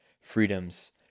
freedoms